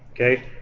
Okay